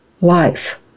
life